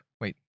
wait